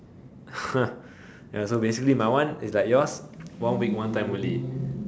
ya so basically my one is like yours one week one time only